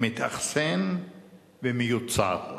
מתאחסן ומיוצר.